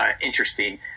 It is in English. interesting